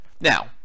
Now